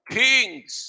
kings